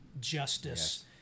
justice